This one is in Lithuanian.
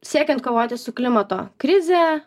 siekiant kovoti su klimato krize